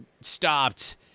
stopped